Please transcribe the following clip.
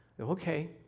Okay